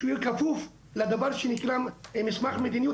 שהוא יהיה כפוף לדבר שנקרא מסמך מדיניות,